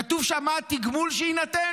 כתוב שם מה התגמול שיינתן?